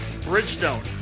Bridgestone